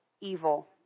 evil